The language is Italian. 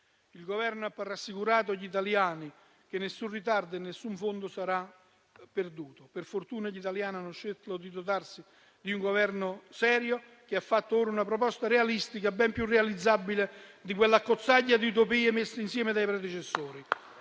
Il Governo ha rassicurato gli italiani che nessun ritardo e nessun fondo saranno perduti. Per fortuna gli italiani hanno scelto di dotarsi di un Governo serio che ha fatto ora una proposta realistica, ben più realizzabile di quell'accozzaglia di utopie messe insieme dai precedessori.